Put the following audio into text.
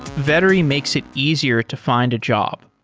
vettery makes it easier to find a job.